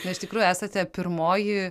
na iš tikrųjų esate pirmoji